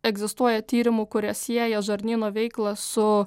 egzistuoja tyrimų kurie sieja žarnyno veiklą su